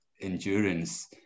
endurance